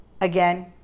Again